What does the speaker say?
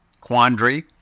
quandary